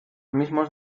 mismos